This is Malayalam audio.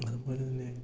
അതുപോലെതന്നെ